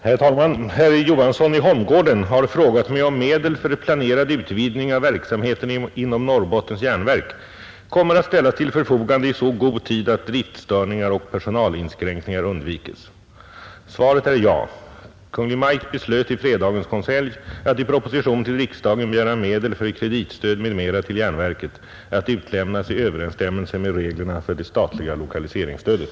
Herr talman! Herr Johansson i Holmgården har frågat mig om medel för planerad utvidgning av verksamheten inom Norrbottens Järnverk kommer att ställas till förfogande i så god tid att driftsstörningar och personalinskränkningar undvikes. Svaret är ja. Kungl. Maj:t beslöt i fredagens konselj att i proposition till riksdagen begöra medel för kreditstöd m.m. till järnverket att utlämnas i överensstämmelse med reglerna för det statliga lokaliseringsstödet.